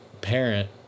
parent